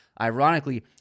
ironically